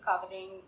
covering